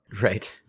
Right